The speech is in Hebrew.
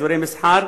אזורי מסחר,